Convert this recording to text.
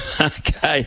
Okay